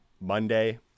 Monday